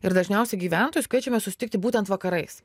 ir dažniausiai gyventojus kviečiame susitikti būtent vakarais